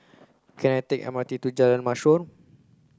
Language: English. can I take M R T to Jalan Mashor